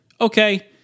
okay